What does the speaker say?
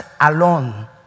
alone